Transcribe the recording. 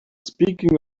speaking